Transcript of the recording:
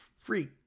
free